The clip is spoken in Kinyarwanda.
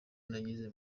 nageze